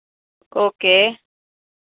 okay